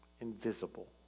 Invisible